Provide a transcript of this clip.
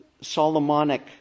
Solomonic